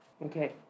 Okay